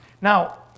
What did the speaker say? Now